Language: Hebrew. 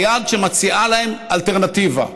היד שמציעה להם אלטרנטיבה.